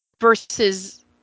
versus